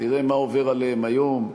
תראה מה עובר עליהם היום,